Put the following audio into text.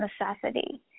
necessity